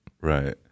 Right